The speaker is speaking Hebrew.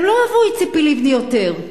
הם לא אהבו את ציפי לבני יותר.